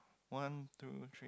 one two three